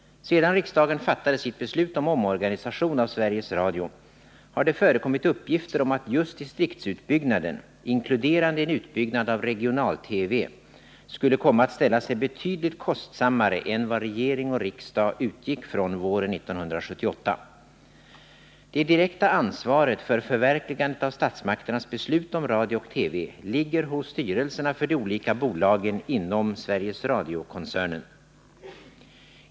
Sedan riksdagen fattade sitt beslut om omorganisation av Sveriges Radio har det förekommit uppgifter om att just distriktsutbyggnaden, inkluderande en utbyggnad av regional-TV, skulle komma att ställa sig betydligt kostsammare än vad regering och riksdag utgick från våren 1978. Det direkta ansvaret för förverkligandet av statsmakternas beslut om radio och TV ligger hos styrelserna för de olika bolagen inom Sveriges Radiokoncernen.